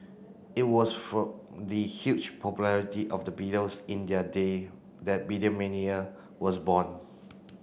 it was from the huge popularity of the Beatles in their day that Beatlemania was born